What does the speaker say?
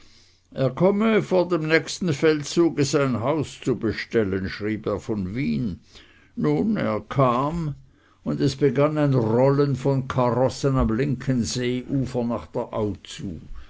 er komme vor dem nächsten feldzuge sein haus zu bestellen schrieb er von wien nun er kam und es begann ein rollen von karossen am linken seeufer nach der au zu